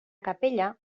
capella